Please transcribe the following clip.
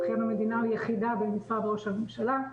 ארכיון המדינה הוא יחידה במשרד ראש הממשלה,